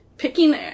picking